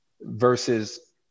versus